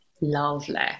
Lovely